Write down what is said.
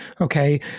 Okay